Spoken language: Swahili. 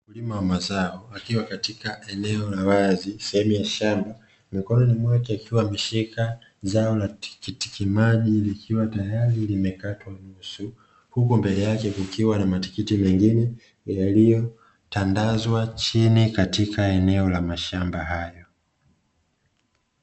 Wakulima wa mazao wakiwa katika eneo la wazi, sehemu ya shamba mikononi mweke akiwa ameshika zao la tikiti maji likiwa tayari limekatwa kwa kisu, huku mbele yake kukiwa na matikiti mengine yaliyo tandazwa chini katika eneo la mashamba hayo.